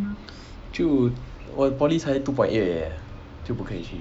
就我的 poly 才 two point eight 而已 leh